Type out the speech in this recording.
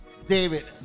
David